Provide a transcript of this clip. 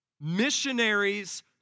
Missionaries